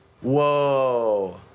whoa